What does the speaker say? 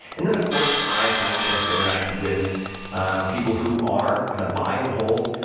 and then, of course, i've had a chance to interact with ah people who are kind of buy and hold,